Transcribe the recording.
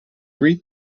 wreath